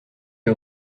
you